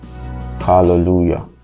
Hallelujah